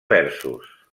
versos